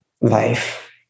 life